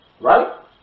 Right